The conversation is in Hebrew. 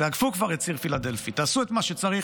תאגפו כבר את ציר פילדלפי, תעשו את מה שצריך.